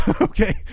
Okay